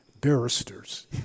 Barristers